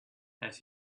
has